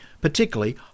particularly